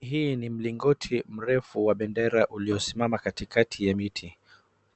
Hii ni mlingoti mrefu wa bendera uliosimama katikati ya miti